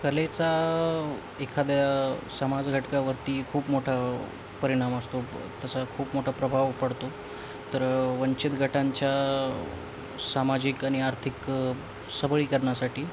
कलेचा एखाद्या समाज घटकावरती खूप मोठा परिणाम असतो तसा खूप मोठा प्रभाव पडतो तर वंचित गटांच्या सामाजिक आणि आर्थिक सबलीकरणासाठी